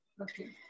Okay